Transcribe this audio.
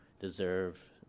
deserve